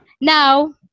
now